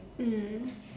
mm